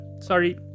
sorry